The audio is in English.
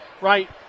right